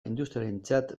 industriarentzat